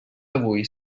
avui